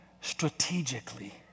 strategically